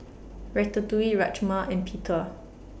Ratatouille Rajma and Pita